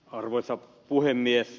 arvoisa puhemies